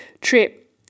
trip